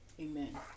Amen